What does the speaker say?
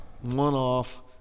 one-off